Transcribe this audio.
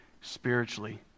spiritually